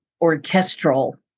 orchestral